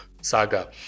saga